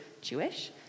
Jewish